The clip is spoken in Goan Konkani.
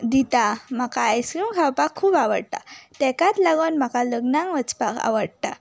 दिता म्हाका आयस्क्रीम खावपाक खूब आवडटा ताकाच लागून म्हाका लग्नाक वचपाक आवडटा